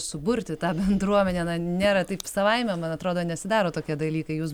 suburti tą bendruomenę na nėra taip savaime man atrodo nesidaro tokie dalykai jūs